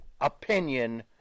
opinion